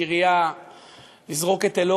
אינו